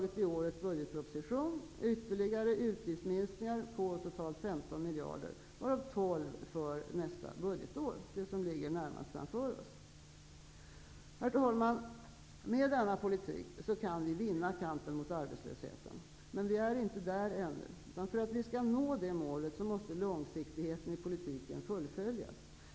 I årets budgetproposition har vi föreslagit utgiftsminskningar på totalt ytterligare 15 miljarder kronor, varav 12 för nästa budgetår, det som ligger närmast framför oss. Herr talman! Med denna politik kan vi vinna kampen mot arbetslösheten, men vi är ännu inte där. För att vi skall nå det målet måste långsiktigheten i politiken fullföljas.